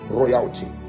royalty